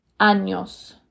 años